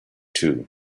too